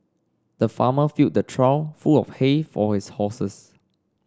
the farmer filled the trough full of hay for his horses